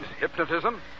hypnotism